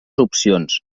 opcions